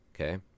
okay